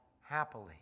happily